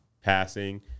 passing